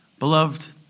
Beloved